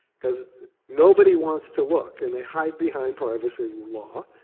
because nobody wants to look. and they hide behind privacy law.